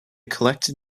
collected